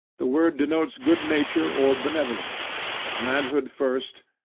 the word denotes good-nature or benevolence manhood first,